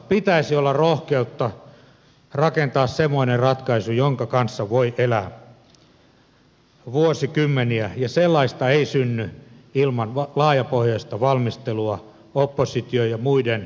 pitäisi olla rohkeutta rakentaa semmoinen ratkaisu jonka kanssa voi elää vuosikymmeniä ja sellaista ei synny ilman laajapohjaista valmistelua opposition ja muiden tahojen kuulemista